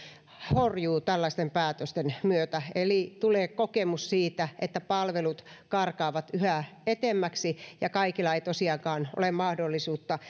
horjuu tällaisten päätösten myötä eli tulee kokemus siitä että palvelut karkaavat yhä etemmäksi kaikilla ei tosiaankaan ole mahdollisuutta